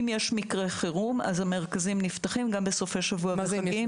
אם יש מקרה חירום אז המרכזים נפתחים גם בסופי שבוע וחגים.